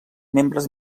membres